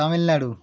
Tamil Nadu